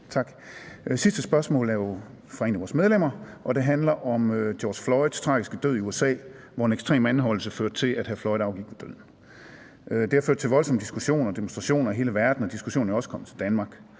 sidste spørgsmål er jo fra et af vores medlemmer, og det handler om George Floyds tragiske død i USA, hvor en ekstrem anholdelse førte til, at hr. Floyd afgik ved døden. Det har ført til voldsomme diskussioner og demonstrationer i hele verden, og diskussionen er også kommet til Danmark.